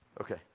Okay